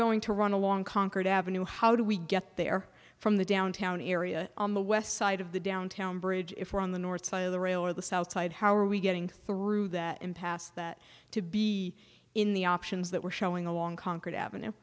going to run along concord avenue how do we get there from the downtown area on the west side of the downtown bridge if we're on the north side of the rail or the south side how are we getting through that impasse that to be in the options that we're showing along concord avenue